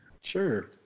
sure